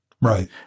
Right